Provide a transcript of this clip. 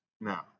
Now